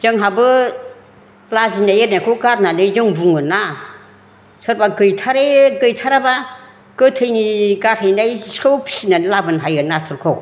जोंहाबो लाजिनाय आरिनायखौ गारनानै जों बुंङो ना सोरबा गैथारि गैथाराबा गोथैनि गारहैनाय सिखौ फिसिनानै लाबोनो हायो नाथुरखौ